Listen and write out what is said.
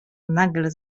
nagle